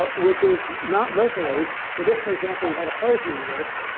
but which is not locally but if, for example, you had a closed universe,